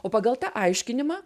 o pagal tą aiškinimą